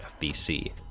FBC